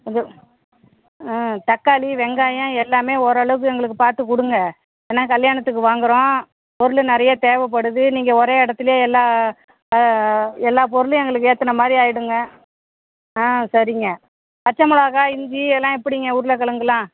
கொஞ்சம் ஆ தக்காளி வெங்காயம் எல்லாமே ஓரளவுக்கு எங்களுக்கு பார்த்து கொடுங்க ஏன்னா கல்யாணத்துக்கு வாங்குகிறோம் பொருள் நிறையா தேவைப்படுது நீங்கள் ஒரே இடத்துலே எல்லா எல்லா பொருளும் எங்களுக்கு ஏற்றுன மாதிரி ஆயிடுங்க ஆ சரிங்க பச்சமிளகா இஞ்சி இதெல்லாம் எப்படிங்க உருளக்கிலங்குலாம்